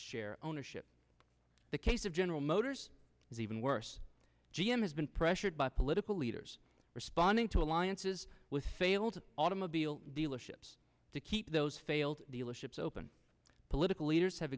share ownership the case of general motors is even worse g m has been pressured by political leaders responding to alliances with failed automobile dealerships to keep those failed dealerships open political leaders have